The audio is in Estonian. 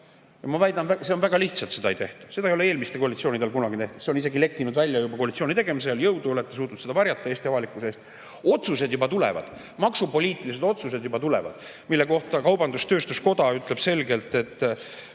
Ma väidan, et seda ei tehta väga lihtsalt. [Niimoodi] ei ole eelmiste koalitsioonide ajal kunagi [olnud]. See on isegi lekkinud välja juba koalitsiooni tegemisel. Jõudu! Olete suutnud seda varjata Eesti avalikkuse eest. Otsused juba tulevad, maksupoliitilised otsused juba tulevad, mille kohta kaubandus-tööstuskoda ütleb selgelt, et